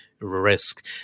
risk